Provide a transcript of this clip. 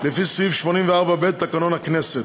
לפי סעיף 84(ב) לתקנון הכנסת.